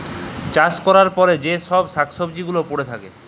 চাষ ক্যরার পরে যে চ্ছব শাক সবজি গুলা পরে থাক্যে